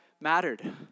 mattered